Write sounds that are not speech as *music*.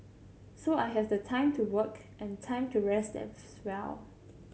so I has the time to work and time to rest *unintelligible* well